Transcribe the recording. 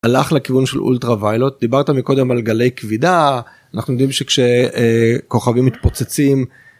הלך לכיוון של אולטרה ויילות דיברת מקודם על גלי כבידה אנחנו יודעים שכשכוכבים מתפוצצים.